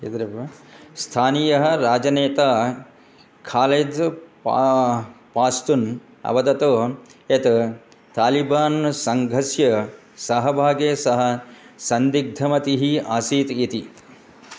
एतदेव वा स्थानीयः राजनेता खालेज् पा पास्तुम् अवदत् यत् तालिबान् सङ्घस्य सहभागे सह सन्दिग्धमतिः आसीत् इति